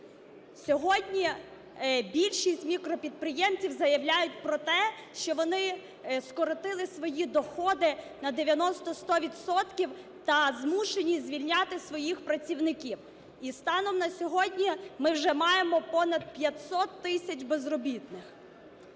Сьогодні більшість мікропідприємців заявляють про те, що вони скоротили свої доходи на 90-100 відсотків та змушені звільняти своїх працівників. І станом на сьогодні ми вже маємо понад 500 тисяч безробітних.